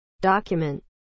document